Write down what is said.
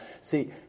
see